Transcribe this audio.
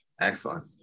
Excellent